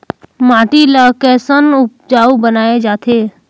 माटी ला कैसन उपजाऊ बनाय जाथे?